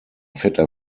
vetter